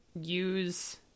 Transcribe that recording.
use